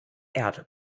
out